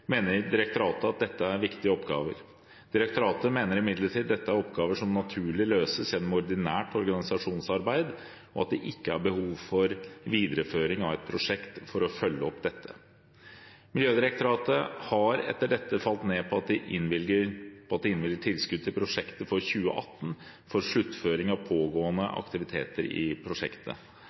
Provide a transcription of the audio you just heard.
mener direktoratet dette er viktige oppgaver. Direktoratet mener imidlertid dette er oppgaver som naturlig løses gjennom ordinært organisasjonsarbeid, og at det ikke er et behov for videreføring av et eget prosjekt for å følge opp dette. Miljødirektoratet har etter dette falt ned på at de innvilger tilskudd til prosjektet for 2018, for sluttføring av pågående aktiviteter i prosjektet.